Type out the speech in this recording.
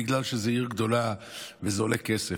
בגלל שזו עיר גדולה וזה עולה כסף,